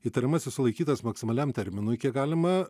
įtariamasis sulaikytas maksimaliam terminui kiek galima